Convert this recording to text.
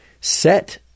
set